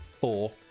four